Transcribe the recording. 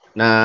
na